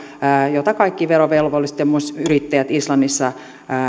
jota kaikki verovelvolliset ja myös yrittäjät islannissa